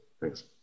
Thanks